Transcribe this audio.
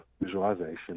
visualization